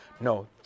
No